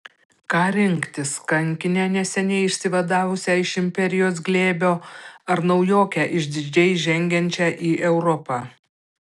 ką rinktis kankinę neseniai išsivadavusią iš imperijos glėbio ar naujokę išdidžiai žengiančią į europą